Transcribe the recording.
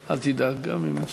אז תסבלו את עבדכם הנאמן שלוש דקות.